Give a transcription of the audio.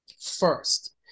first